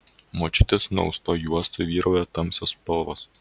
močiutės nuaustoj juostoj vyrauja tamsios spalvos